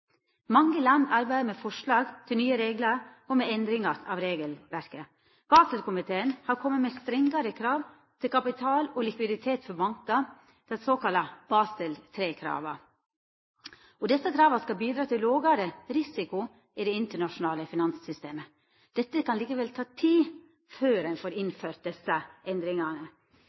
Mange land arbeider med forslag til nye reglar og med endringar av regelverket. Baselkomiteen har kome med strengare krav til kapital og likviditet for bankar – dei såkalla Basel III-krava. Desse krava skal bidra til lågare risiko i det internasjonale finanssystemet. Det kan likevel ta tid før ein får innført desse endringane.